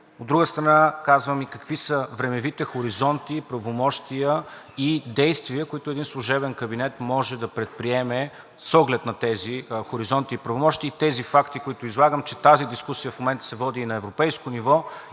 От друга страна, казвам и какви са времевите хоризонти, правомощия и действия, които един служебен кабинет може да предприеме с оглед на тези хоризонти и правомощия. И тези факти, които излагам, са, че тази дискусия в момента се води и на европейско ниво,